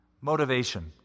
motivation